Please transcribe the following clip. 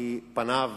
כי פניו